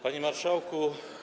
Panie Marszałku!